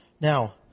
Now